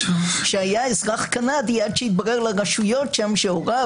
שהיה אזרח קנדי עד שהתברר לרשויות שם שהוריו,